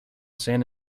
san